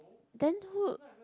then who